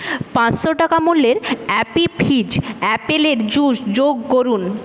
পাঁচশো টাকা মূল্যের অ্যাপি ফিজ আপেলের জুস যোগ করুন